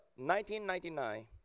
1999